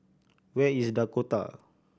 where is Dakota